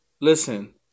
Listen